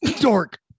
dork